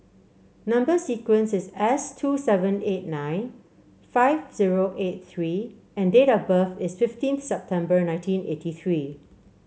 number sequence is S two seven eight nine five zero eight three and date of birth is fifteen September nineteen eighty three